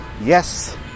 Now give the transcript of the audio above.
Yes